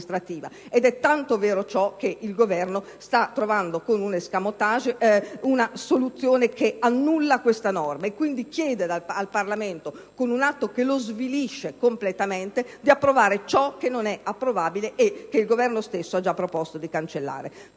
Ciò è tanto vero che il Governo sta trovando, con un *escamotage*, una soluzione per annullare questa norma. Quindi, chiede al Parlamento, attraverso un atto che lo svilisce completamente, di approvare ciò che non è approvabile e che il Governo stesso ha già proposto di cancellare.